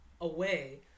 away